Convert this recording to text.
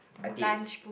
I did